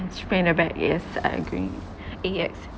yes sprain their back yes I agree A_X_A